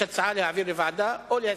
יש הצעה להעביר לוועדה או להסיר.